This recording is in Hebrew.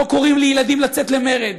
לא קוראים לילדים לצאת למרד,